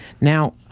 Now